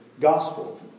gospel